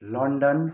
London